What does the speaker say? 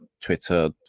Twitter